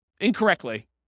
incorrectly